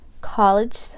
College